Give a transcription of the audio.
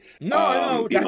No